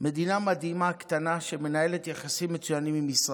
מדינה קטנה ומדהימה שמנהלת יחסים מצוינים עם ישראל.